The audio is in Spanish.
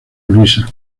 luisa